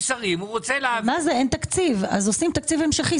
כשאין תקציב אז עושים תקציב המשכי.